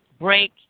break